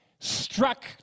Struck